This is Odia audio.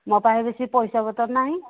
ମୋ ପାଖେ ବେଶୀ ପଇସାପତର ନାହିଁ